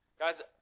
Guys